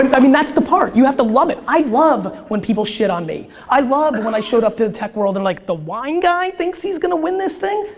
and i mean that's the part, you have to love it. i love when people shit on me. i love when i showed up to the tech world they're and like, the wine guy thinks he's gonna win this thing?